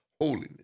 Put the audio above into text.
holiness